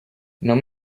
non